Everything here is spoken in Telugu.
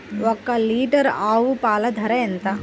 ఒక్క లీటర్ ఆవు పాల ధర ఎంత?